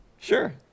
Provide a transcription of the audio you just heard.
Sure